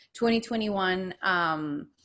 2021